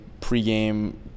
Pre-game